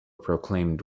proclaimed